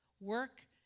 Work